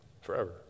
forever